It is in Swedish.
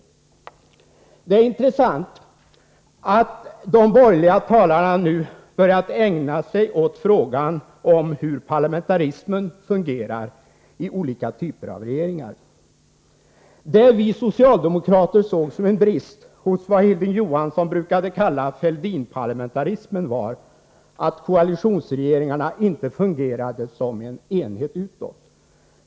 De är intressant att de borgerliga talarna nu börjat ägna sig åt frågan om hur parlamentarismen fungerar i olika typer av regeringar. Det vi socialdemokrater såg som en brist i vad Hilding Johansson brukade kalla Fälldinparlamentarismen var att koalitionsregeringarna inte fungerade som en enhet utåt.